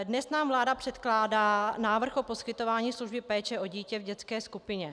Dnes nám vláda předkládá návrh o poskytování služby péče o dítě v dětské skupině.